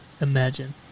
imagine